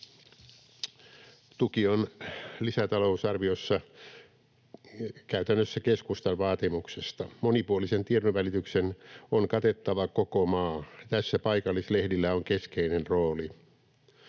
Tuki on lisätalousarviossa käytännössä keskustan vaatimuksesta. Monipuolisen tiedonvälityksen on katettava koko maa. Tässä paikallislehdillä on keskeinen rooli.